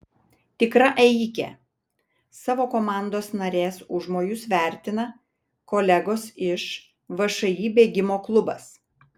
tikra ėjikė savo komandos narės užmojus vertina kolegos iš všį bėgimo klubas